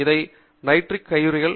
இவை நைட்ரிக் கையுறைகள்